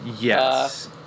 Yes